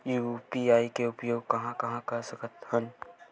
UPI के उपयोग कहां कहा कर सकत हन?